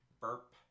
Burp